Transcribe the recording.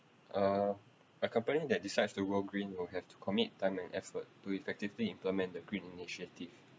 uh but company that decides to go green will have to commit time and effort to effectively implement the green initiative